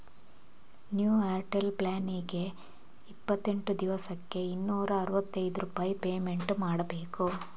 New Airtel plan ಗೆ ಎಷ್ಟು payment ಮಾಡ್ಬೇಕು?